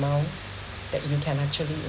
that you can actually